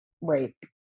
rape